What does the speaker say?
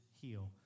heal